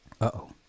Uh-oh